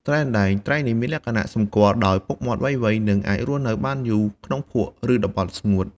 ត្រីអណ្ដែង ត្រីនេះមានលក្ខណៈសម្គាល់ដោយពុកមាត់វែងៗ និងអាចរស់នៅបានយូរក្នុងភក់ ឬតំបន់ស្ងួត។